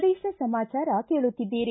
ಪ್ರದೇಶ ಸಮಾಚಾರ ಕೇಳುತ್ತಿದ್ದೀರಿ